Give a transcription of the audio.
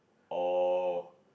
or